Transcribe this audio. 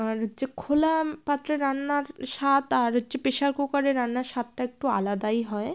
আর হচ্ছে খোলা পাত্রে রান্নার স্বাদ আর হচ্ছে প্রেশার কুকারে রান্নার স্বাদটা একটু আলাদাই হয়